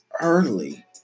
early